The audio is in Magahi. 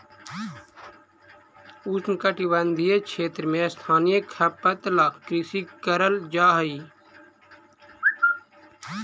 उष्णकटिबंधीय क्षेत्र में स्थानीय खपत ला कृषि करल जा हई